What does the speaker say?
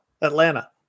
Atlanta